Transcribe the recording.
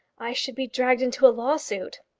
i should be dragged into a lawsuit.